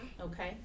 Okay